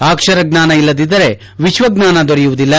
ಅಕ್ಷರ ಜ್ಞಾನ ಇಲ್ಲದಿದ್ದರೆ ವಿಶ್ವಜ್ಞಾನ ದೊರೆಯುವುದಿಲ್ಲ